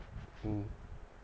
mm